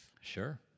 Sure